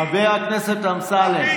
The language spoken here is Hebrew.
חבר הכנסת אמסלם.